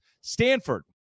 Stanford